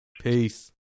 Peace